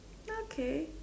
okay